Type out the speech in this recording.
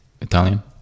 Italian